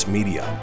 Media